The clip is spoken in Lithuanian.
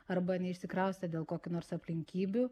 arba neišsikraustė dėl kokių nors aplinkybių